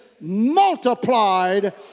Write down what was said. multiplied